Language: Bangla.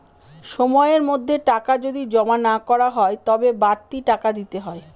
সময়ের মধ্যে টাকা যদি জমা না করা হয় তবে বাড়তি টাকা দিতে হয়